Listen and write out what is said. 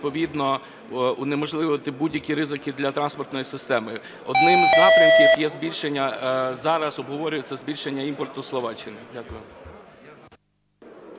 відповідно унеможливити будь-які ризики для транспортної системи. Одним з напрямків є збільшення, зараз обговорюється збільшення імпорту зі Словаччини. Дякую.